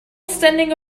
standing